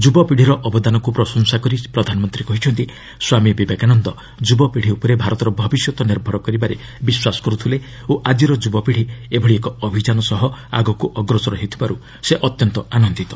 ଯୁବପିଢ଼ିର ଅବଦାନକୁ ପ୍ରଶଂସା କରି ପ୍ରଧାନମନ୍ତ୍ରୀ କହିଛନ୍ତି ସ୍ୱାମୀ ବିବେକାନନ୍ଦ ଯୁବପିଢ଼ି ଉପରେ ଭାରତର ଭବିଷ୍ୟତ ନିର୍ଭର କରିବାରେ ବିଶ୍ୱାସ କରୁଥିଲେ ଓ ଆଜିର ଯୁବପିଢ଼ି ଏଭଳି ଏକ ଅଭିଯାନ ସହ ଆଗକୁ ଅଗ୍ରସର ହେଉଥିବାରୁ ସେ ଅତ୍ୟନ୍ତ ଆନନ୍ଦିତ